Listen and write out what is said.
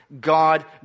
God